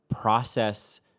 process